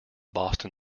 boston